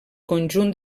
conjunt